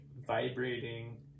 vibrating